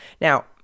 Now